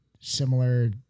similar